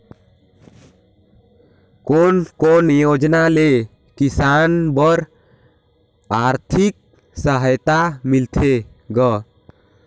कोन कोन योजना ले किसान बर आरथिक सहायता मिलथे ग?